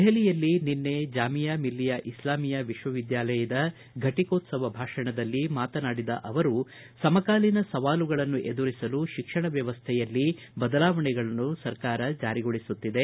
ದೆಹಲಿಯಲ್ಲಿ ನಿನ್ನೆ ಜಾಮಿಯಾ ಮಿಲ್ಲಿಯಾ ಇಸ್ಲಾಮಿಯಾ ವಿಶ್ವವಿದ್ಯಾಲಯದ ಫಟಿಕೋತ್ಸವ ಭಾಷಣದಲ್ಲಿ ಮಾತನಾಡಿದ ಅವರು ಸಮಕಾಲೀನ ಸವಾಲುಗಳನ್ನು ಎದುರಿಸಲು ಶಿಕ್ಷಣ ವ್ಯವಸ್ಥೆಯಲ್ಲಿ ಬದಲಾವಣೆಗಳನ್ನು ಸರ್ಕಾರ ಜಾರಿಗೊಳಿಸುತ್ತಿದೆ